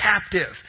captive